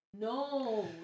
No